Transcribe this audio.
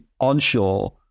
onshore